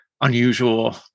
unusual